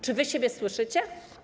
Czy wy siebie słyszycie?